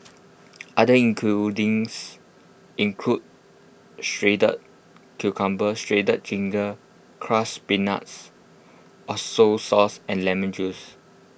other ingredients include shredded cucumber shredded ginger crushed peanuts A soy sauce and lemon juice